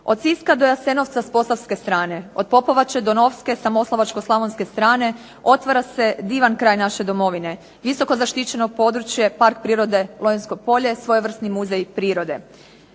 Od Siska do Jasenovca s posavske strane, od Popovače do Novske sa moslavačko-slavonske strane otvara se divan kraj naše domovine, visoko zaštićeno područje, Park prirode Lonjsko polje, svojevrsni muzej prirode.